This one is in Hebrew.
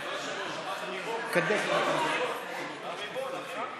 ההצעה להעביר את הנושא לוועדת הכנסת לא נתקבלה.